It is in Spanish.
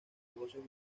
negocios